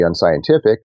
unscientific